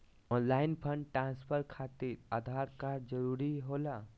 Online fund transfer खातिर Aadhaar card जरूरी होला?